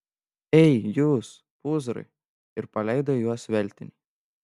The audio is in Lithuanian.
ei jūs pūzrai ir paleido į juos veltinį